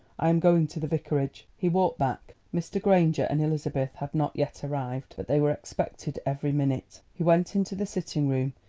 i am going to the vicarage. he walked back. mr. granger and elizabeth had not yet arrived, but they were expected every minute. he went into the sitting-room.